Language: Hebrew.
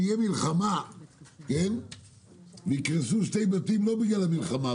אם תהיה מלחמה ויקרסו שני בתים לא בגלל המלחמה,